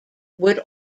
would